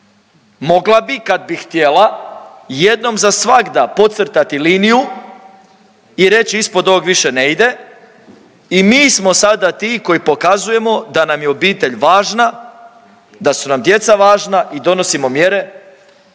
Mogla bi kad bi htjela jednom za svagda podcrtati liniju i reći ispod ovog više ne ide i mi smo sada ti koji pokazujemo da nam je obitelj važna, da su nam djeca važna i donosimo mjere